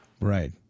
Right